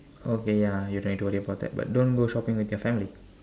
okay ya lah you can don't report that but don't go shopping with your family